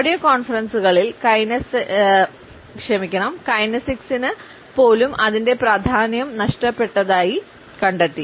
audio കോൺഫറൻസുകളിൽ കൈനെസിക്സിന് പോലും അതിന്റെ പ്രാധാന്യം നഷ്ടപ്പെട്ടതായി കണ്ടെത്തി